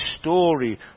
story